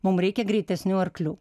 mum reikia greitesnių arklių